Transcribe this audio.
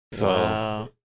wow